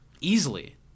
Easily